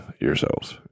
yourselves